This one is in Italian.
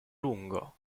lungo